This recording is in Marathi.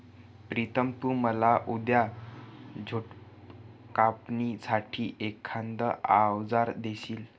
प्रितम तु मला उद्या झुडप कापणी साठी एखाद अवजार देशील?